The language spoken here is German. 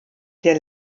der